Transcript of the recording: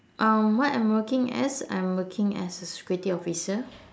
um what I'm working as I'm working as a security officer